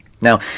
Now